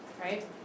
right